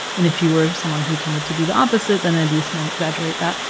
and if you were someone who tended to be the opposite, then the abuse might exaggerate that.